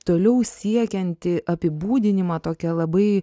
toliau siekiantį apibūdinimą tokią labai